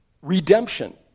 redemption